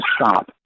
stop